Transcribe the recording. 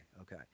okay